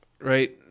right